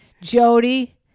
Jody